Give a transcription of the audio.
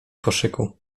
koszyku